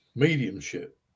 mediumship